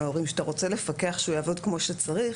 הורים שאתה רוצה לפקח שהוא יעבוד כמו שצריך,